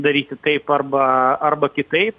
daryti taip arba arba kitaip